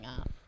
up